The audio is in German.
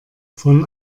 von